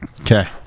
Okay